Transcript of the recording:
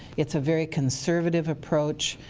it's a very conservative approach.